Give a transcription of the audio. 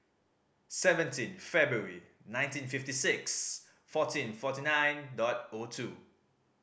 seventeen February nineteen fifty six fourteen forty nine dot O two